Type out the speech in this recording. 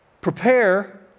Prepare